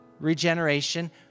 regeneration